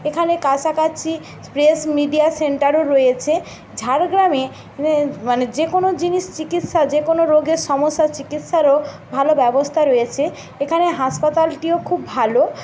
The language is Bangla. এখানে কাছাকাছি প্রেস মিডিয়া সেন্টারও রয়েছে ঝাড়গ্রামে মানে যে কোনও জিনিস চিকিৎসার যে কোনও রোগের সমস্যা চিকিৎসারও ভালো ব্যবস্থা রয়েছে এখানে হাসপাতালটিও খুব ভালো